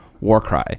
Warcry